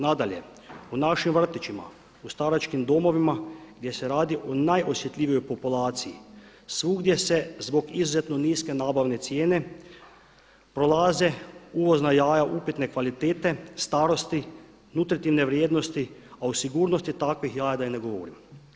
Nadalje, u našim vrtićima, u staračkim domovima gdje se radi o najosjetljivijoj populaciji svugdje zbog izuzetno niske nabavne cijene prolaze uvozna jaja upitne kvalitete, starosti, nutritivne vrijednosti, a o sigurnosti takvih jaja da i ne govorim.